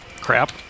crap